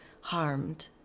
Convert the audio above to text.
harmed